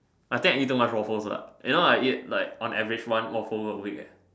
I think I eat too much waffles lah you know I eat like on average one waffle a week eh